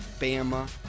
Bama